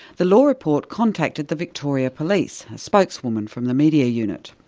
the law report contacted the victoria police, a spokeswoman from the media unit.